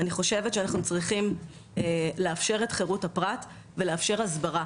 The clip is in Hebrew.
אני חושבת שאנחנו צריכים לאפשר את חירות הפרט ולאפשר הסברה,